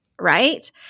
Right